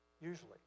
usually